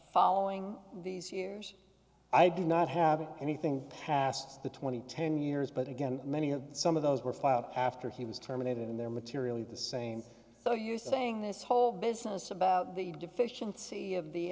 following these years i do not have anything past the two thousand and ten years but again many of some of those were filed after he was terminated and there materially the same so you're saying this whole business about the deficiency of the